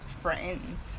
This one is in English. friends